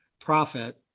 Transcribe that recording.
profit